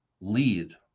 lead